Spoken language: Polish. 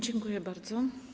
Dziękuję bardzo.